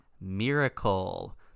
Miracle